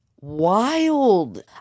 wild